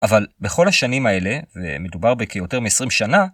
אבל בכל השנים האלה, ומדובר בכ-יותר מ-20 שנה.